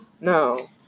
No